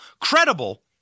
credible